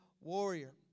warrior